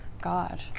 God